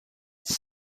that